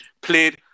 Played